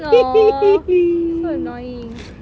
no so annoying